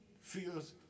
feels